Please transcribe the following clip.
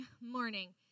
morning